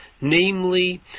Namely